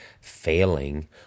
failing